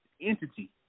entity